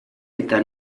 eta